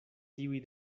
tiuj